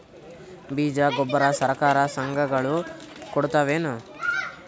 ಬೀಜ ಗೊಬ್ಬರ ಸರಕಾರ, ಸಂಘ ಗಳು ಕೊಡುತಾವೇನು?